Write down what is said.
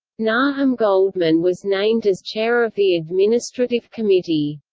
nahum goldmann was named as chair of the administrative committee.